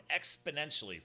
exponentially